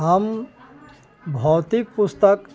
हम भौतिक पुस्तक